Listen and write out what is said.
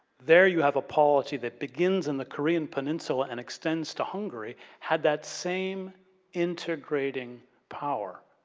there you have a polity that begins in the korean peninsula and extends to hungary had that same integrating power,